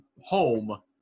home